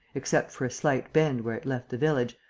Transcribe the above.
except for a slight bend where it left the village,